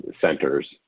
centers